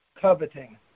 coveting